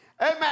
Amen